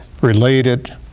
related